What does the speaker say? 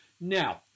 Now